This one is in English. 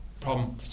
Problem